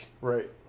Right